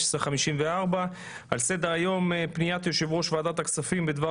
השעה 15:54. על סדר היום: פניית יושב-ראש ועדת הכספים בדבר